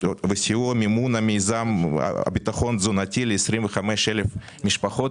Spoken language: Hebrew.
וסיוע במימון מיזם ביטחון תזונתי ל-25,000 משפחות,